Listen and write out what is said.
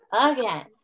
again